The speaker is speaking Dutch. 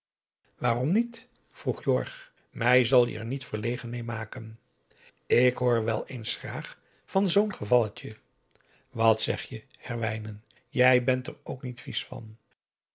waarom niet vroeg jorg mij zal je er niet verlegen meê maken ik hoor wel eens graag van zoo'n gevalletje wat zeg jij herwijnen jij bent er ook niet vies van